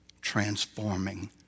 transforming